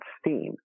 Steam